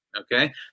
Okay